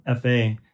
FA